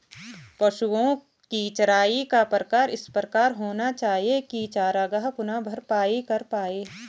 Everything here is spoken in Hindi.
पशुओ की चराई का प्रकार इस प्रकार होना चाहिए की चरागाह पुनः भरपाई कर पाए